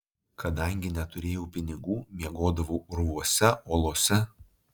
kadangi neturėjau pinigų miegodavau urvuose olose